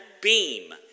beam